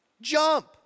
Jump